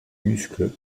muscles